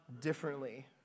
differently